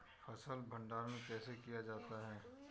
फ़सल भंडारण कैसे किया जाता है?